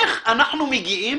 איך אנחנו מגיעים